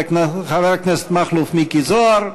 חבר הכנסת מכלוף מיקי זוהר.